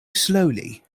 slowly